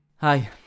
Hi